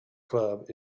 club